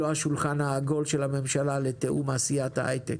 השולחן העגול של הממשלה לתיאום תעשיית ההייטק.